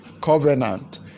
covenant